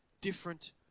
different